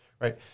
right